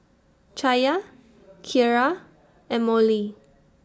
Chaya Kiara and Mollie